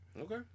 Okay